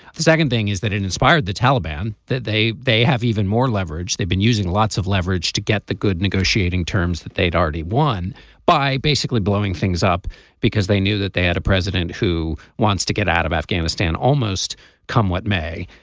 the second thing is that it inspired the taliban that they they have even more leverage. they've been using lots of leverage to get the good negotiating terms that they'd already won by basically blowing things up because they knew that they had a president who wants to get out of afghanistan almost come what may.